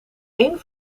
één